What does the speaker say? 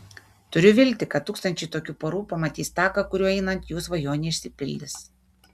turiu viltį kad tūkstančiai tokių porų pamatys taką kuriuo einant jų svajonė išsipildys